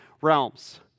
realms